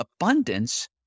abundance